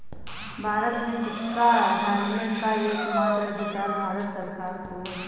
भारत में सिक्का ढालने का एकमात्र अधिकार भारत सरकार को है